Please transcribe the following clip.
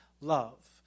love